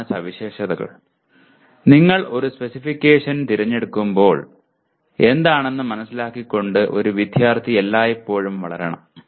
എന്താണ് സവിശേഷതകൾ നിങ്ങൾ ഒരു സ്പെസിഫിക്കേഷൻ തിരഞ്ഞെടുക്കുമ്പോൾ എന്താണെന്ന് മനസിലാക്കിക്കൊണ്ട് ഒരു വിദ്യാർത്ഥി എല്ലായ്പ്പോഴും വളരണം